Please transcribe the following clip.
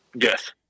Yes